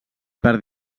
per